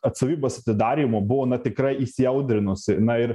atstovybės atidarymo buvo na tikrai įsiaudrinusi na ir